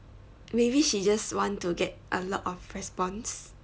maybe she just want to get a lot of response